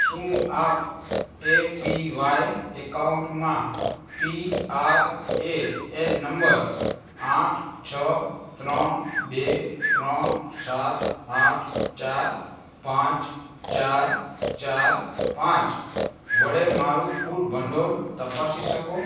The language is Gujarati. શું આપ એ પી વાય એકાઉન્ટમાં P R A N number આઠ છ ત્રણ બે ત્રણ સાત આઠ ચાર પાંચ ચાર ચાર પાંચ વડે મારું કુલ ભંડોળ તપાસી શકો